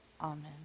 amen